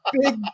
big